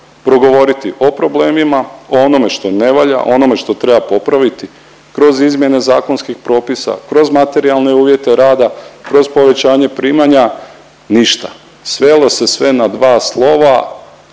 progovoriti o problemima, o onome što ne valja, o onome što treba popraviti kroz izmjene zakonskih propisa, kroz materijalne uvjete rada, kroz povećanje primanja, ništa, svelo se sve na dva slova